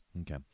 Okay